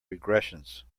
regressions